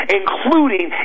including